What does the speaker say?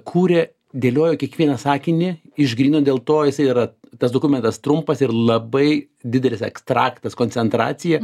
kūrė dėliojo kiekvieną sakinį išgrynino dėl to jisai yra tas dokumentas trumpas ir labai didelis ekstraktas koncentracija